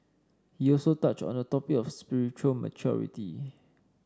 he also touched on the topic of spiritual maturity